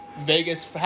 Vegas